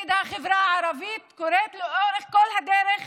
נגד החברה הערבית קורית לאורך כל הדרך,